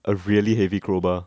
a really heavy crowbar